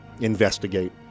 investigate